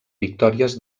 victòries